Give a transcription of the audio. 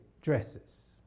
dresses